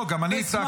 לא, גם אני אצעק.